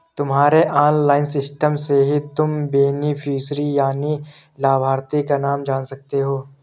तुम्हारे online system से ही तुम बेनिफिशियरी यानि लाभार्थी का नाम जान सकते हो